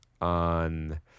on